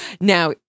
Now